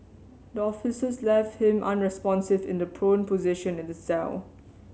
the officers left him unresponsive in the prone position in the cell